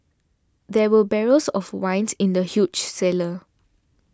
there were barrels of wine in the huge cellar